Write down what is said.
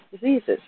diseases